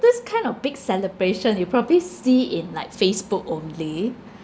this kind of big celebration you probably see in like facebook only